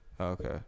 Okay